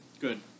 Good